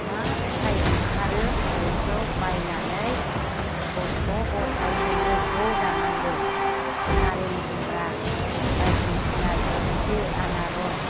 मा फिथाइ ओंखारो बेखौ बायनानै गथ' गथाइ जोङो ज' जानांगौ नारें जुमब्रा बायदिसिना जलफि आनारस